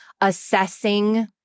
assessing